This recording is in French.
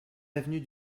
avenue